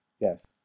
yes